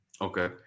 okay